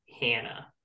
hannah